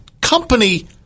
company